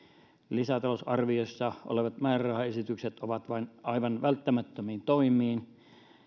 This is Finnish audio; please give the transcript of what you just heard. lisätalousarviossa olevat määrärahaesitykset ovat vain välttämättömiin toimiin